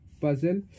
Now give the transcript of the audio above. puzzle